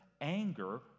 anger